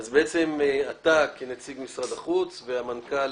בעצם אתה, כנציג משרד החוץ, והמנכ"ל